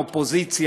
האופוזיציה,